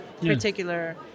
particular